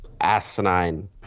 asinine